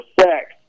sex